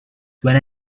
when